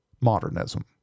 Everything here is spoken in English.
modernism